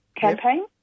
campaign